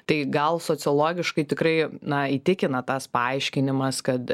tai gal sociologiškai tikrai na įtikina tas paaiškinimas kad